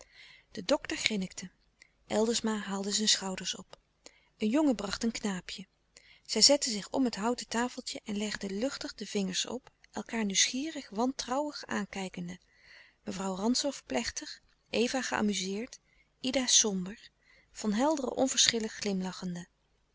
de dokter grinnikte eldersma haalde zijn schouders op een jongen bracht een knaapje zij zetten zich om het houten tafeltje en legde luchtig de vingers op elkâar nieuwsgierig wantrouwig aankijkende mevrouw rantzow plechtig eva geamuzeerd ida somber van helderen onverschillig glimlachende